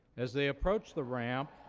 as they approach the ramp,